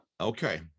Okay